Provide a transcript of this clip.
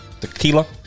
Tequila